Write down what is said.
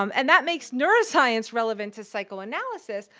um and that makes neuroscience relevant to psychoanalysis,